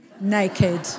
naked